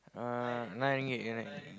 uh nine ringgit nine ringgit